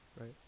right